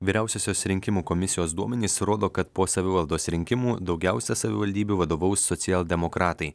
vyriausiosios rinkimų komisijos duomenys rodo kad po savivaldos rinkimų daugiausia savivaldybių vadovaus socialdemokratai